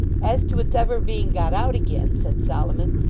as to its ever being got out again said solomon,